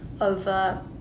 over